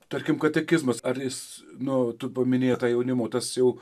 tarkim katekizmas ar jis nu tu paminėjai tą jaunimo tas jau